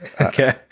Okay